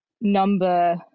number